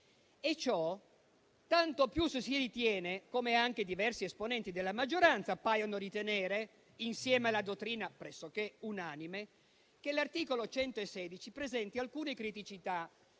E ciò tanto più se si ritiene - come anche diversi esponenti della maggioranza paiono ritenere, insieme alla dottrina pressoché unanime - che l'articolo 116 presenti alcune criticità